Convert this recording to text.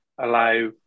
allow